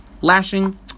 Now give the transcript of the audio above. Lashing